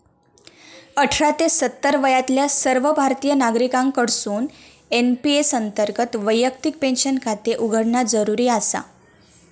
अठरा ते सत्तर वयातल्या सर्व भारतीय नागरिकांकडसून एन.पी.एस अंतर्गत वैयक्तिक पेन्शन खाते उघडणा जरुरी आसा